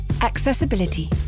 Accessibility